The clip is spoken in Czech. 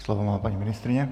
Slovo má paní ministryně.